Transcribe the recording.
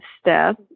step